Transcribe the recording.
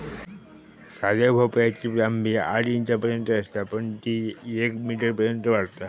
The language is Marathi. साध्या भोपळ्याची लांबी आठ इंचांपर्यंत असता पण ती येक मीटरपर्यंत वाढता